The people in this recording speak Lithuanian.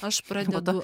aš pradedu